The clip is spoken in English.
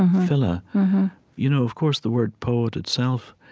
of you know of course, the word poet, itself,